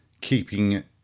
keeping